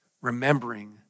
remembering